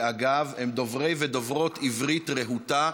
שאגב, הם דוברי ודוברות עברית רהוטה.